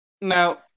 Now